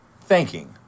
thanking